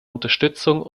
unterstützung